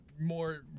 more